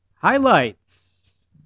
highlights